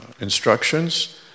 instructions